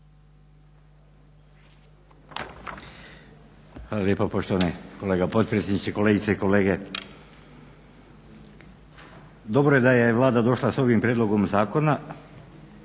Hvala lijepa poštovani kolega potpredsjedniče, kolegice i kolege. Dobro da je Vlada došla sa ovim prijedlogom zakona,